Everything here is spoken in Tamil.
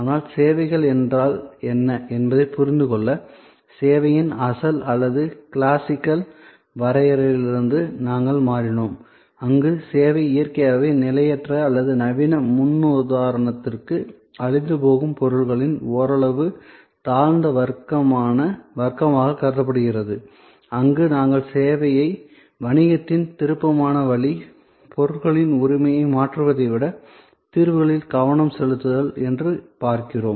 ஆனால் சேவைகள் என்றால் என்ன என்பதைப் புரிந்து கொள்ள சேவையின் அசல் அல்லது கிளாசிக்கல் வரையறையிலிருந்து நாங்கள் மாறினோம் அங்கு சேவை இயற்கையாக நிலையற்ற அல்லது நவீன முன்னுதாரணத்திற்கு அழிந்துபோகும் பொருட்களின் ஓரளவு தாழ்ந்த வர்க்கமாக கருதப்படுகிறது அங்கு நாங்கள் சேவையை வணிகத்தின் விருப்பமான வழி பொருட்களின் உரிமையை மாற்றுவதை விட தீர்வுகளில் கவனம் செலுத்துதல் என்று பார்க்கிறோம்